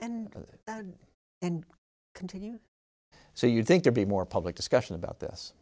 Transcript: and and continue so you think there be more public discussion about this